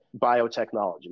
biotechnology